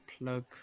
plug